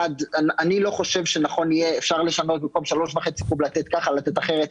אפשר לשנות ובמקום 3.5 קוב לתת ככה או אחרת.